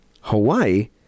Hawaii